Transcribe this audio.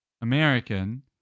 American